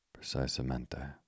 Precisamente